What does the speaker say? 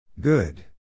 Good